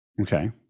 Okay